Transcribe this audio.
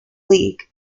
league